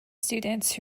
students